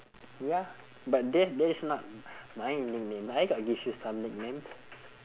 ya but that that is not my nickname I got give you some nicknames